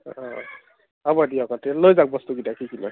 অঁ হ'ব দিয়ক তেতিয়াহ'লে লৈ যাওক বস্তুকিটা কি কি কি লয়